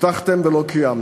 הבטחתם ולא קיימתם.